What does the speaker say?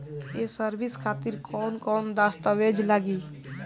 ये सर्विस खातिर कौन कौन दस्तावेज लगी?